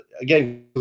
again